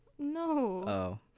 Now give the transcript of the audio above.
No